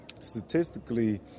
Statistically